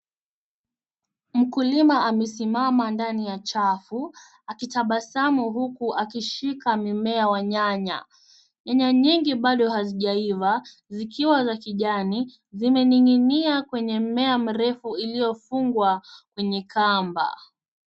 Mkulima amesimama ndani ya chagu akitabasamu huku akishika mimea wa nyanya. Nyanya nyingi bado hazijaiva zikiwa za kijani, zimening'inia kwenye mmea mrefu iliyofungwa kwenye kamba.